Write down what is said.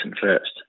first